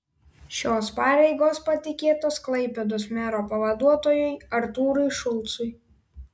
šios pareigos patikėtos klaipėdos mero pavaduotojui artūrui šulcui